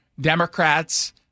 Democrats